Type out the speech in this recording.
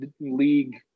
league